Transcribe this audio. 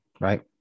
right